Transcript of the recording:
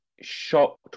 shocked